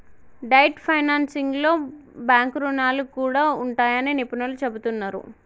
debt ఫైనాన్సింగ్లో bank రుణాలు కూడా ఉంటాయని నిపుణులు చెబుతున్నరు